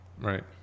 right